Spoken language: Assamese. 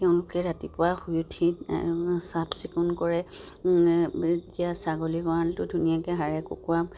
তেওঁলোকে ৰাতিপুৱা শুই উঠি চাফচিকুণ কৰে এতিয়া ছাগলী গড়ালটো ধুনীয়াকৈ সাৰে কুকুৰা